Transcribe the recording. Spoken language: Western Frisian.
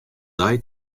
dei